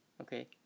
okay